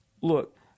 Look